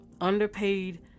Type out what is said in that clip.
underpaid